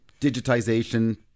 digitization